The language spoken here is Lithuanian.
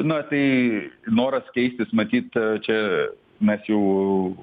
na tai noras keistis matyt čia mes jau